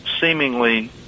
seemingly